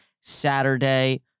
Saturday